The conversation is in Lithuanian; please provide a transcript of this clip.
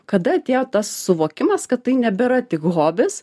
kada atėjo tas suvokimas kad tai nebėra tik hobis